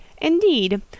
Indeed